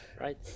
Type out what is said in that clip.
right